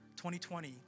2020